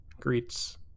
greets